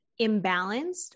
imbalanced